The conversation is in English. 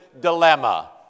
dilemma